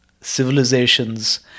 civilizations